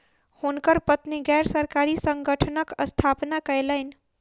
हुनकर पत्नी गैर सरकारी संगठनक स्थापना कयलैन